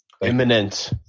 Imminent